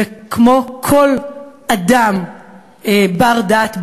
כמו כל אדם בר-דעת בעולם,